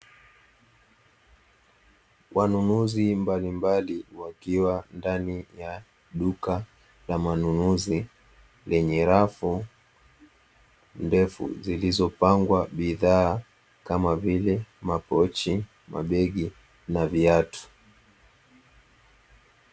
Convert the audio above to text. Wanunuzi mbalimbali wakiwa ndani ya duka lamanunuzi lenye rafu ndefu, zilizopangwa bidhaa kama vile; pochi, mabegi na viatu.